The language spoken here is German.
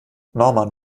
norman